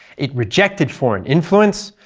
it rejected foreign influence,